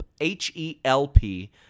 H-E-L-P